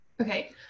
Okay